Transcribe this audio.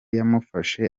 yamufashe